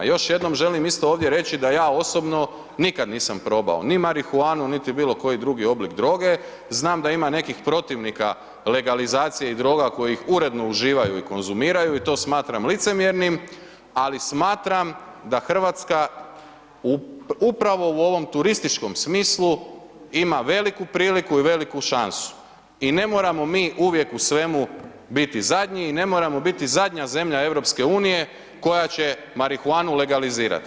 Još jednom želim isto ovdje reći da ja osobno nikad nisam probao ni marihuanu, niti bilo koji drugi oblik droge, znam da ima nekih protivnika legalizacija i droga kojih uredno uživaju i konzumiraju i to smatram licemjernim, ali smatram da RH upravo u ovom turističkom smislu ima veliku priliku i veliku šansu i ne moramo mi uvijek u svemu biti zadnji i ne moramo biti zadnja zemlja EU koja će marihuanu legalizirati.